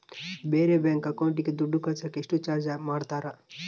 ಬೇರೆ ಬ್ಯಾಂಕ್ ಅಕೌಂಟಿಗೆ ದುಡ್ಡು ಕಳಸಾಕ ಎಷ್ಟು ಚಾರ್ಜ್ ಮಾಡತಾರ?